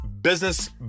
business